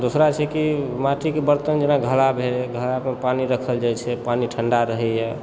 दोसर छै जे माटिके बर्तन जेना घड़ा भए गेल घड़ामे पानि राखल जाइत छै पानि ठण्डा रहैए